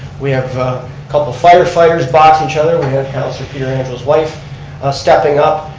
we have a couple firefighters boxing each other, we have councilor pietrangelo's wife stepping up.